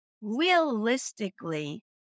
realistically